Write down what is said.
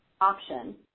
option